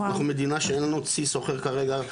אנחנו מדינה שאין לנו צי סוחר כרגע.